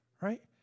Right